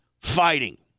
fighting